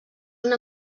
una